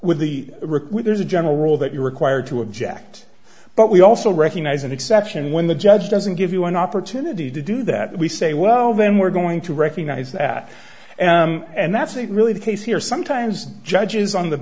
where there's a general rule that you are required to object but we also recognize an exception when the judge doesn't give you an opportunity to do that we say well then we're going to recognize that and that's not really the case here sometimes judges on the